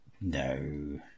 No